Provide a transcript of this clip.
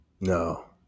No